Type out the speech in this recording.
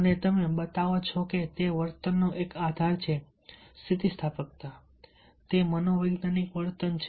અને તમે બતાવો છો તે વર્તનનો એક આધાર છે સ્થિતિસ્થાપકતા તે એક મનોવૈજ્ઞાનિક વર્તન છે